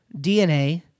DNA